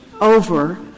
over